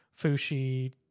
Fushi